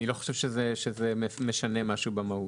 מדוע מחקתם את הזיקה לישראל לעניין